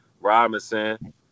Robinson